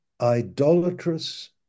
idolatrous